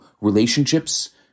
relationships